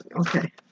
Okay